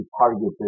targeted